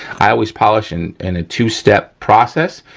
i always polish in and a two step process,